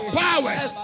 powers